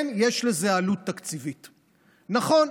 כן, יש לזה עלות תקציבית, נכון,